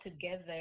together